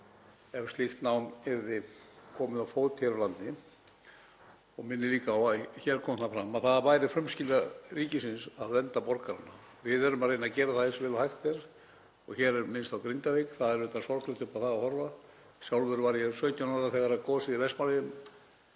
ef slíku námi yrði komið á fót hér á landi. Ég minni líka á að hér kom fram að það væri frumskylda ríkisins að vernda borgarana. Við erum að reyna að gera það eins vel og hægt er. Hér er minnst á Grindavík. Það er auðvitað sorglegt upp á það að horfa. Sjálfur var ég 17 ára þegar gosið í Vestmannaeyjum